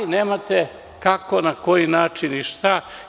Nemate kako, na koji način i šta.